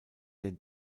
den